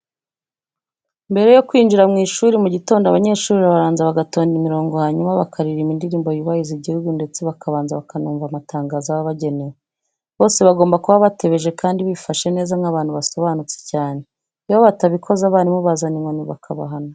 Mbere yo kwinjira mu ishuri mu gitondo abanyeshuri barabanza bagatonda imirongo hanyuma bakaririmba indirimbo yubahiriza igihugu ndetse bakabanza bakanumva amatangazo aba abagenewe. Bose bagomba kuba batebeje kandi bifashe neza nk'abantu basobanutse cyane. Iyo batabikoze abarimu bazana inkoni bakabahana.